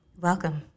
Welcome